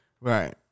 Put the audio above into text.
Right